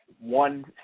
one